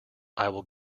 i’ll